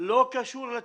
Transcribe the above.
לא קשור לתאגיד,